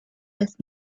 with